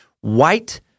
white